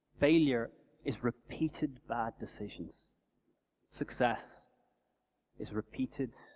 failure is repeated bad decisions success is repeated,